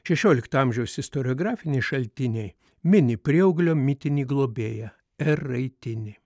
šešiolikto amžiaus istoriografiniai šaltiniai mini prieauglio mitinį globėją eraitinį